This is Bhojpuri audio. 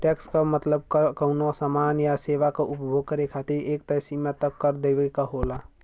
टैक्स क मतलब कर कउनो सामान या सेवा क उपभोग करे खातिर एक तय सीमा तक कर देवे क होला